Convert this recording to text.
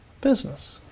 business